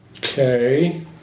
Okay